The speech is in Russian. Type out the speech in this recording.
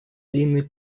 длинный